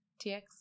TX